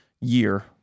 year